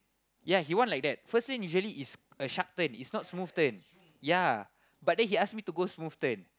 ya he want like that first lane is very ease a sharp turn is not smooth turn ya but then he ask me to go smooth turn